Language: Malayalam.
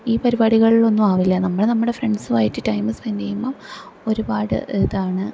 ഈ പരിപാടികളിലൊന്നും ആവില്ല നമ്മള് നമ്മുടെ ഫ്രണ്ട്സുവായിട്ട് ടൈംമ് സ്പെൻഡ് ചെയ്യുമ്പം ഒരുപാട് ഇതാണ്